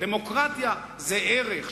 דמוקרטיה זה ערך,